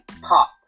Pop